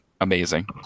amazing